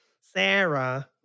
sarah